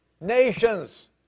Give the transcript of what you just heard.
nations